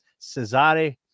Cesare